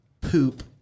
poop